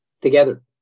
together